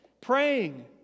praying